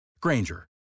Granger